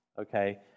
okay